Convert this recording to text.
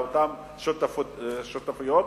לאותן שותפויות,